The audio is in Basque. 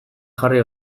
jarri